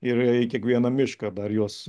ir į kiekvieną mišką dar juos